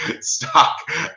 stock